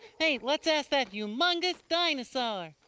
hey, let's ask that humongous dinosaur.